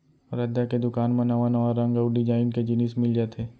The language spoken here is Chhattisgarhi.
रद्दा के दुकान म नवा नवा रंग अउ डिजाइन के जिनिस मिल जाथे